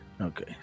Okay